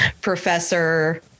professor